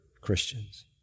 Christians